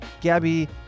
Gabby